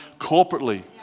corporately